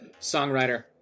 songwriter